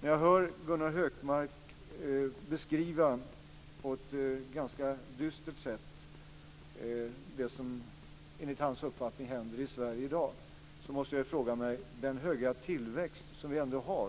När jag hör Gunnar Hökmark på ett ganska dystert sätt beskriva det som enligt hans uppfattning händer i Sverige i dag måste jag ställa mig en fråga. Det gäller den höga tillväxt som vi ändå har